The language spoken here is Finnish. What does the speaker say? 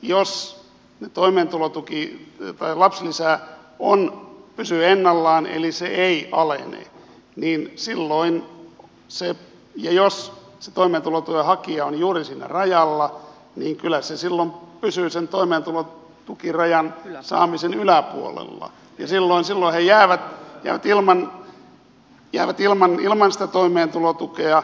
jos lapsilisä pysyy ennallaan eli se ei alene ja jos toimeentulotuen hakija on juuri siinä rajalla niin kyllä se silloin pysyy sen toimeentulotuen saamisen yläpuolella ja silloin he jäävät ilman sitä toimeentulotukea